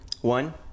one